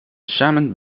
samen